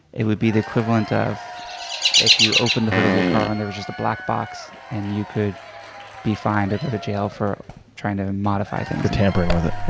it would be the equivalent of if you opened the hood of your car and there was just a black box, and you could be fined or go to jail for trying to modify things. for tampering with it,